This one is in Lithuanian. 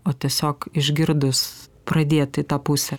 o tiesiog išgirdus pradėt į tą pusę